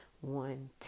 one